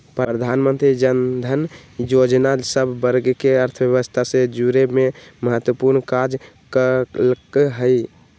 प्रधानमंत्री जनधन जोजना सभ वर्गके अर्थव्यवस्था से जुरेमें महत्वपूर्ण काज कल्कइ ह